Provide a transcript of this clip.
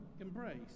embrace